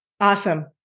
Awesome